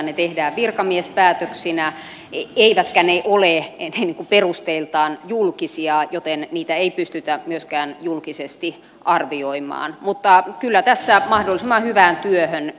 ne tehdään virkamiespäätöksinä eivätkä ne ole perusteiltaan julkisia joten niitä ei pystytä myöskään julkisesti arvioimaan mutta kyllä tässä mahdollisimman hyvään työhön pyritään